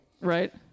right